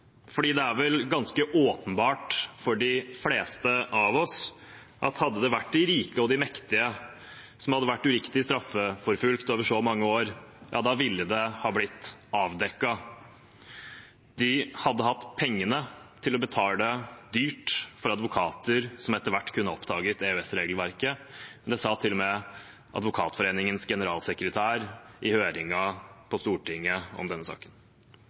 det er vel åpenbart for de fleste av oss at hadde det vært de rike og de mektige som hadde vært uriktig straffeforfulgt over så mange år, ja, da ville det ha blitt avdekket. De hadde hatt pengene til å betale dyrt for advokater som etter hvert kunne oppdaget EØS-regelverket. Det sa til og med Advokatforeningens generalsekretær i høringen på Stortinget om denne saken.